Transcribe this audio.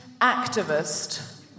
activist